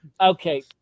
Okay